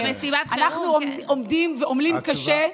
אנחנו עמלים קשה.